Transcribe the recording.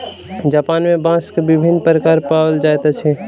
Japan में बांस के विभिन्न प्रकार पाओल जाइत अछि